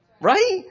Right